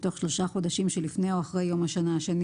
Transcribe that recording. בתוך שלושה חודשים שלפני או אחרי יום השנה השני